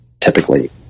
typically